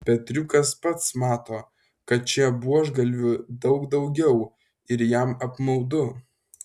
petriukas pats mato kad čia buožgalvių daug daugiau ir jam apmaudu